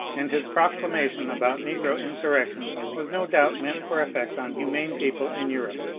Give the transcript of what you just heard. and his proclamation about negro insurrection was no doubt meant for effect on humane people in europe.